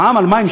המע"מ על מים,